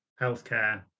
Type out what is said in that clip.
healthcare